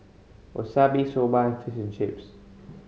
Wasabi Soba Fish and Chips